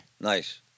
Nice